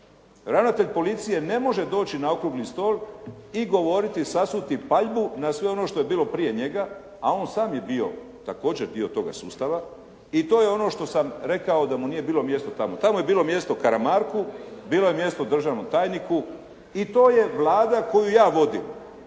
Ravnatelj policije ne može doći na okrugli stol i govoriti i sasuti paljbu na sve ono što je bilo prije njega, a on sam je bio također dio tog sustava i to je ono što sam rekao da mu nije bilo mjesto tamo. Tamo je bilo mjesta Karamarku, bilo je mjesto državnom tajniku i to je Vlada koju ja vodim.